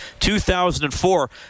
2004